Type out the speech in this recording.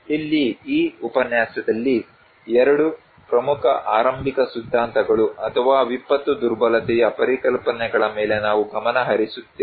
ಇಲ್ಲಿ ಈ ಉಪನ್ಯಾಸದಲ್ಲಿ ಈ ಎರಡು ಪ್ರಮುಖ ಆರಂಭಿಕ ಸಿದ್ಧಾಂತಗಳು ಅಥವಾ ವಿಪತ್ತು ದುರ್ಬಲತೆಯ ಪರಿಕಲ್ಪನೆಗಳ ಮೇಲೆ ನಾವು ಗಮನ ಹರಿಸುತ್ತೇವೆ